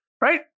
Right